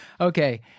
Okay